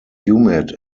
humid